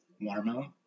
Watermelon